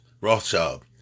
Rothschild